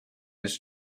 his